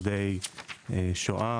שורדי שואה,